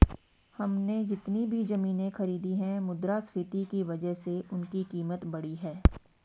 हमने जितनी भी जमीनें खरीदी हैं मुद्रास्फीति की वजह से उनकी कीमत बढ़ी है